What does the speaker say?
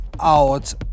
Out